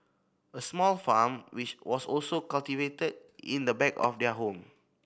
a small farm which was also cultivated in the back of their home